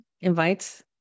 invites